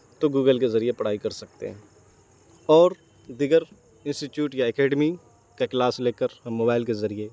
تو گوگل کے ذریعے پڑھائی کر سکتے ہیں اور دیگر انسٹیٹیوٹ یا اکیڈمی کا کلاس لے کر ہم موبائل کے ذریعے